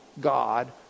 God